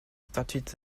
started